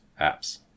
apps